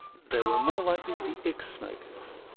they were more likely to be ex-smokers,